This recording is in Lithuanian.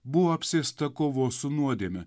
buvo apsėsta kovos su nuodėme